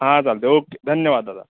हां चालते ओके धन्यवाद दादा